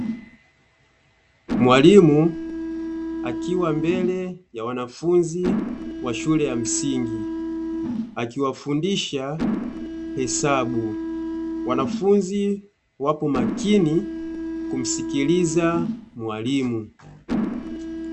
Mwalimu akiwa mbele ya wanafunzi wa shule ya msingi, akiwafundisha hesabu wanafunzi wapo makini kumsikiliza mwalimu.